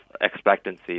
expectancy